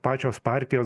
pačios partijos